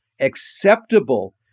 acceptable